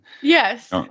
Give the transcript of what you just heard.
yes